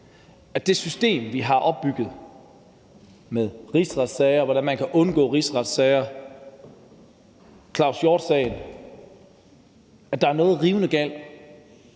at det system, vi har opbygget med rigsretssager – hvordan man kan undgå rigsretssager – og Claus Hjort Frederiksen-sagen, er der noget rivende galt